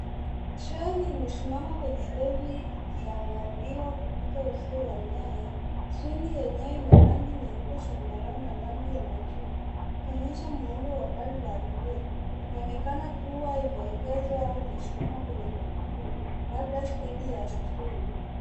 Treni imesimama kwenye reli ikiangaliwa kupita uzio wa nyaya. Treni yenyewe ina rangi nyeupe, zambarau na rangi ya machungwa, ikionyesha muundo wa gari la abiria. Inaonekana kuwa imeegezwa au imesimama kwenye kituo, labda steji ya train .